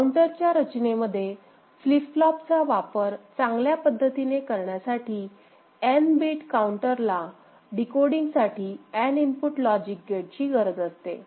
काऊंटरच्या रचनेमध्ये फ्लीप फ्लोपचा वापर चांगल्या पद्धतीने करण्यासाठी n बिट काउंटरला डिकोडिंग साठी n इनपुट लॉजिक गेटची गरज असते